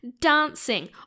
dancing